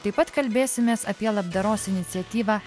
taip pat kalbėsimės apie labdaros iniciatyvą